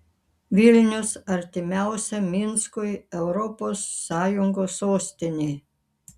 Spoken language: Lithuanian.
vilnius artimiausia minskui europos sąjungos sostinė